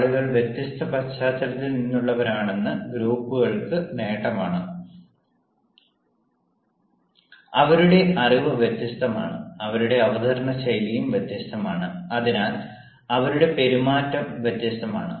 ആളുകൾ വ്യത്യസ്ത പശ്ചാത്തലത്തിൽ നിന്നുള്ളവരാണെന്നത് ഗ്രൂപ്പുകൾക്ക് ഒരു നേട്ടമാണ് അവരുടെ അറിവ് വ്യത്യസ്തമാണ് അവരുടെ അവതരണശൈലിയും വ്യത്യസ്തമാണ് അതിനാൽ അവരുടെ പെരുമാറ്റം വ്യത്യസ്തമാണ്